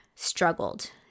struggled